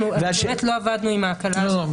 אנחנו באמת לא עבדנו עם ההקלה הזאת,